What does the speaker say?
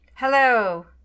Hello